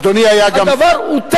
חבר הכנסת וקנין.